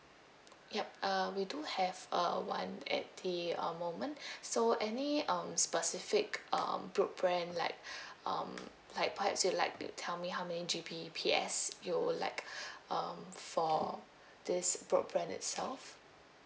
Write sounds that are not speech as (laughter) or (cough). ya uh we do have uh one at the uh moment (breath) so any um specific um broadband like (breath) um like perhaps you'll like to tell me how may G_B_P_S you would like um for this broadband itself